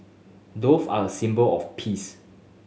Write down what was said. dove are a symbol of peace